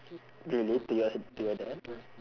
really to your s~ to your dad